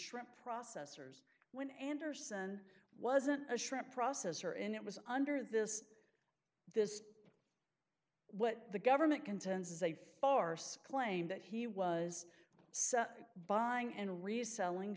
shrimp processors when anderson wasn't a shrimp processor and it was under this this is what the government contends is a farce claim that he was buying and reselling